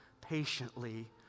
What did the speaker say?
patiently